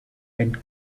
and